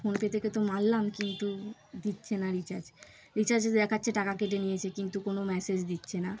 PhonePe থেকে তো মারলাম কিন্তু দিচ্ছে না রিচার্জ রিচার্জ দেখাচ্ছে টাকা কেটে নিয়েছে কিন্তু কোনো মেসেজ দিচ্ছে না